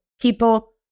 people